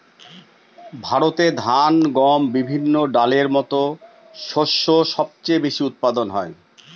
ভারতে ধান, গম, বিভিন্ন ডালের মত শস্য সবচেয়ে বেশি উৎপাদন হয়